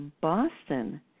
Boston